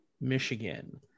Michigan